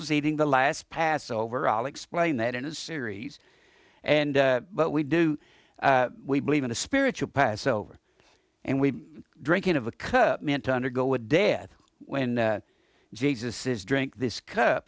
was eating the last passover all explain that in a series and but we do we believe in the spiritual passover and we drinking of the cup meant to undergo a dad when the jesus is drink this cup